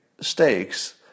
stakes